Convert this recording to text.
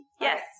Yes